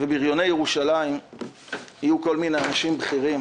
וביריוני ירושלים יהיו כל מיני אנשים בכירים